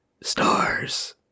stars